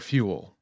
Fuel